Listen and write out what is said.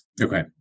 Okay